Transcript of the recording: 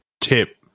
Tip